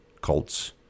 cults